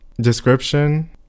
Description